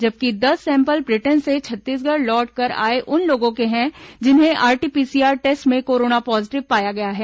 जबकि दस sample Britain से छत्तीसगढ़ लौट कर आए उन लोगों के हैं जिन्हें आरटी पीसीआर टेस्ट में कोरोना पॉजिटिव पाया गया है